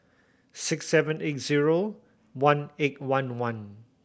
six seven eight zero one eight one one